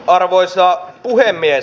arvoisa puhemies